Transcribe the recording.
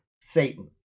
Satan